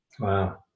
Wow